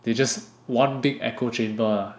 they just one big echo chamber lah